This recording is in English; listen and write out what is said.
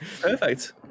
Perfect